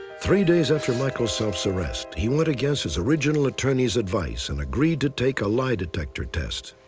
three days after michael self's arrest, he went against his original attorney's advice and agreed to take a lie detector test.